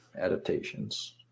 adaptations